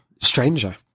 Stranger